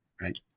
right